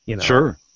Sure